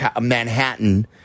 Manhattan